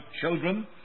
children